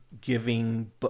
giving